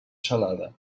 salada